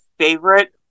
favorite